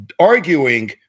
arguing